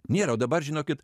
nėra o dabar žinokit